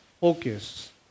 focus